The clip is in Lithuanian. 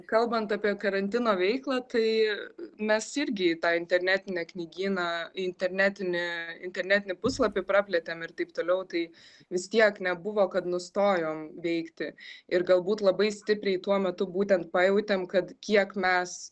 kalbant apie karantino veiklą tai mes irgi į tą internetinę knygyną į internetinį internetinį puslapį praplėtėm ir taip toliau tai vis tiek nebuvo kad nustojom veikti ir galbūt labai stipriai tuo metu būtent pajautėm kad kiek mes